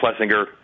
Plessinger